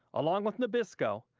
along with nabisco,